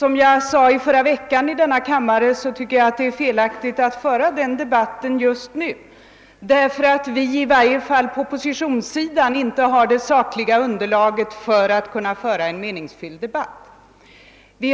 I förra veckan framhöll jag i denna kammare att jag tycker att det är felaktigt att hålla debatten just nu, eftersom i varje fall vi inom oppositionen inte har det sakliga underlaget för att kunna föra en meningsfylld diskussion.